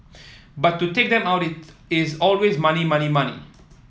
but to take them out is always money money money